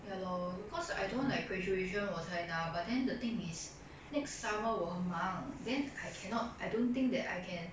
ya lor cause I don't want like graduation 我才拿 but then the thing is next summer 我很忙 then I cannot I don't think that I can